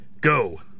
Go